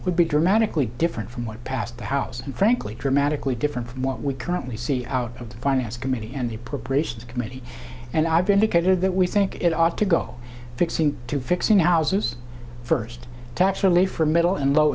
would be dramatically different from what passed the house and frankly dramatically different from what we currently see out of the finance committee and the propitious committee and i've indicated that we think it ought to go fixing to fix now zeus first tax relief for middle and low